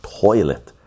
toilet